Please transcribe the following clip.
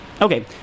okay